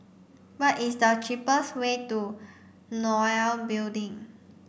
what is the cheapest way to NOL Building